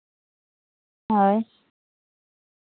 ᱦᱳᱭ